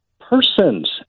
persons